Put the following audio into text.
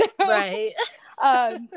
Right